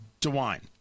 DeWine